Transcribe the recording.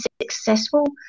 successful